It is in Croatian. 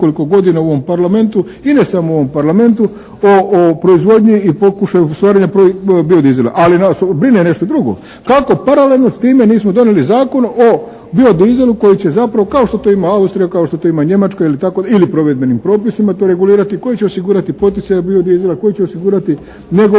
nekoliko godina u ovom Parlamentu i ne samo u ovom Parlamentu o proizvodnji i pokušaju stvaranja biodizela, ali nas brine nešto drugo, kako paralelno s time nismo donijeli Zakon o biodizelu koji će zapravo kao što ima Austrija, kao što to ima Njemačka ili provedbenim propisima to regulirati koji će osigurati poticaje biodizela, koji će osigurati njegovu